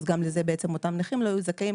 אז גם לזה אותם נכים לא יהיו זכאים,